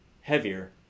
heavier